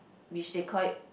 which they call it